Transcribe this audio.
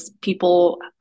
people